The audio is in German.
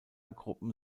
gruppen